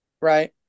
Right